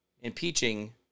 impeaching